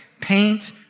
Paint